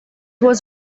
was